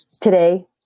today